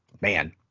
man